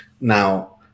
Now